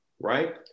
right